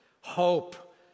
Hope